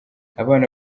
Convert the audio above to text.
abana